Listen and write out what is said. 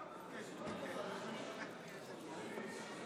אם כן,